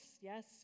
yes